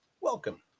welcome